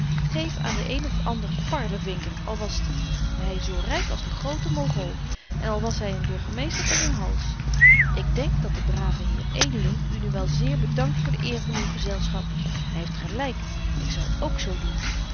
geef aan den een of ander parlevinker al was hy zo ryk als de grote mogol en al was hy een burgermeester van zyn hals ik denk dat de brave heer edeling u nu wel zeer bedankt voor de eer van uw gezelschap hy heeft gelyk ik zou ook zo doen